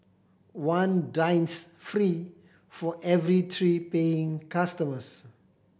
one dines free for every three paying customers